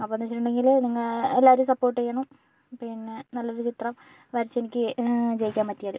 അപ്പോഴെന്ന് വെച്ചിട്ടുണ്ടെങ്കില് നിങ്ങൾ എല്ലാവരും സപ്പോർട്ട് ചെയ്യണം പിന്നെ നല്ലൊരു ചിത്രം വരച്ച് എനിക്ക് ജയിക്കാൻ പറ്റിയാൽ